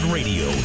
Radio